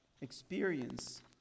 experience